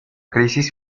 crisis